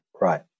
Right